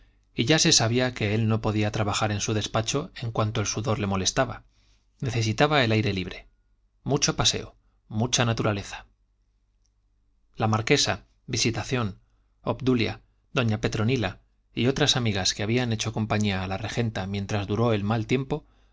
el calendario y ya se sabía que él no podía trabajar en su despacho en cuanto el sudor le molestaba necesitaba el aire libre mucho paseo mucha naturaleza la marquesa visitación obdulia doña petronila y otras amigas que habían hecho compañía a la regenta mientras duró el mal tiempo